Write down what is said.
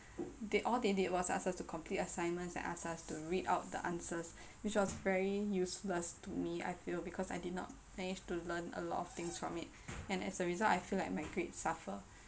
they all they did was ask us to complete assignments and ask us to read out the answers which was very useless to me I feel because I did not manage to learn a lot of things from it and as a result I feel like my grades suffer